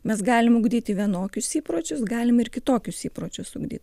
mes galim ugdyti vienokius įpročius galim ir kitokius įpročius ugdyt